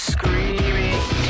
Screaming